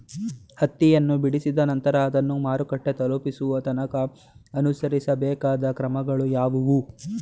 ಹತ್ತಿಯನ್ನು ಬಿಡಿಸಿದ ನಂತರ ಅದನ್ನು ಮಾರುಕಟ್ಟೆ ತಲುಪಿಸುವ ತನಕ ಅನುಸರಿಸಬೇಕಾದ ಕ್ರಮಗಳು ಯಾವುವು?